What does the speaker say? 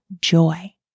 joy